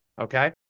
okay